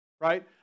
right